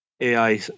AI